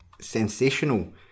sensational